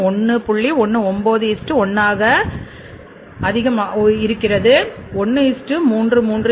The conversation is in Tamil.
191 அதிகமாக உள்ளது அது1